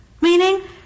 Meaning